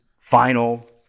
Final